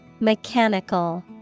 Mechanical